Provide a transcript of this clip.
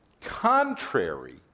contrary